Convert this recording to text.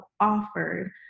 offered